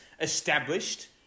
established